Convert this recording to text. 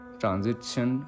transition